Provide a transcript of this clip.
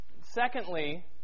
secondly